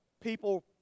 people